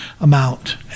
amount